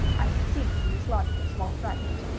i succeeded in dislodging a small fragment,